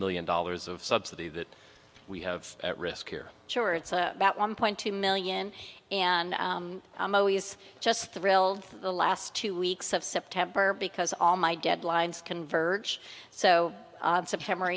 million dollars of subsidy that we have at risk here sure it's a one point two million and i'm always just thrilled the last two weeks of september because all my deadlines converge so september